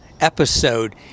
episode